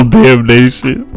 damnation